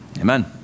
Amen